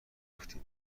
گفتم